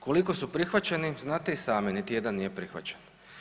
Koliko su prihvaćeni znate i sami, niti jedan nije prihvaćen.